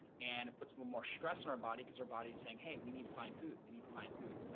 and it puts more more stress in our body because our body's saying, hey, we need to find food we need to find food.